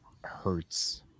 hurts